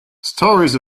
stories